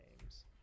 names